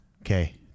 Okay